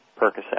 Percocet